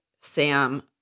sam